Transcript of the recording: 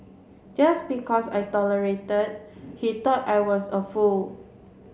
just because I tolerated he thought I was a fool